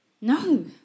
No